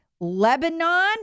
Lebanon